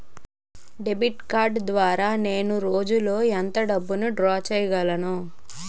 Debit card ద్వారా నేను రోజు లో ఎంత డబ్బును డ్రా చేయగలను?